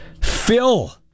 Phil